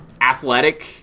Athletic